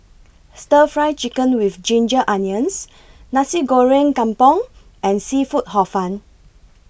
Stir Fry Chicken with Ginger Onions Nasi Goreng Kampung and Seafood Hor Fun